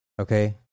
Okay